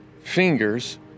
fingers